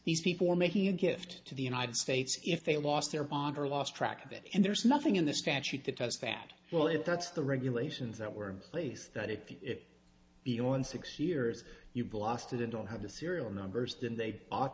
these people are making a gift to the united states if they lost their bond or lost track of it and there's nothing in the statute that does that well if that's the regulations that were place that it could be on six years you've lost it and don't have the serial numbers then they